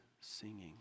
singing